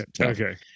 Okay